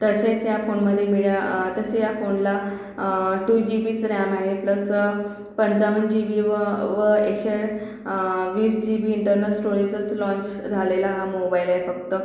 तसेच या फोनमध्ये मिळ्या तसे या फोनला टू जी बीचं रॅम आहे प्लस पंचावन्न जी बी व व एकशे वीस जी बी इंटर्नल स्टोरेजच लाँच झालेला हा मोबाईल आहे फक्त